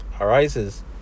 arises